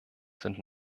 sind